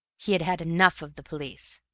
he had had enough of the police.